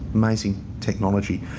amazing technology.